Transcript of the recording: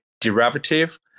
derivative